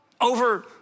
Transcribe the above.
over